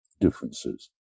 differences